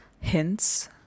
hints